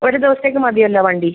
ഒരു ദിവസത്തേക്ക് മതിയല്ലോ വണ്ടി